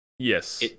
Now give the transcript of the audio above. Yes